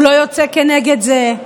הוא לא יוצא כנגד זה,